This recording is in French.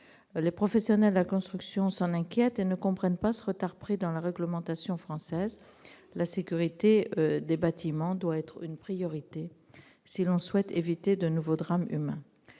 Les professionnels de la construction ne comprennent pas le retard pris dans la réglementation française et s'en inquiètent. La sécurité des bâtiments doit être une priorité si l'on souhaite éviter de nouveaux drames humains.